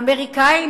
מהאמריקנים,